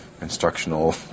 instructional